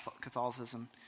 Catholicism